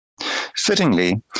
Fittingly